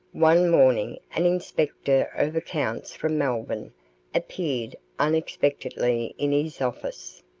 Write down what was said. one morning an inspector of accounts from melbourne appeared unexpectedly in his office.